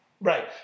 Right